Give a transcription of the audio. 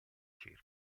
circa